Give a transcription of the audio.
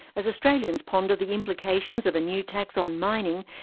as australians ponder the implications of a new tax on mining,